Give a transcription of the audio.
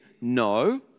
No